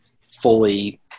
fully